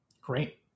Great